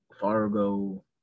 Fargo